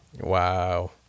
wow